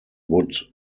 would